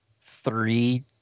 three